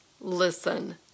Listen